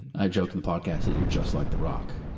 and i joked and podcast that you're just like the rock.